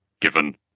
given